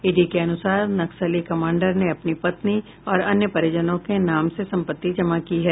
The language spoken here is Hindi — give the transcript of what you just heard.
ईडी के अनुसार नक्सली कमांडर ने अपनी पत्नी और अन्य परिजनों के नाम से संपत्ति जमा की है